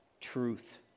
truth